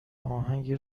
اهنگی